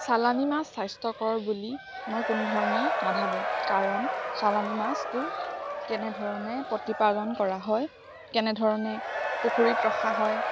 চালানী মাছ স্বাস্থ্যকৰ বুলি মই কোনো ধৰণেই নাভাবো কাৰণ চালানী মাছটো কেনেধৰণে প্ৰতিপালন কৰা হয় কেনেধৰণে পুখুৰীত ৰখা হয়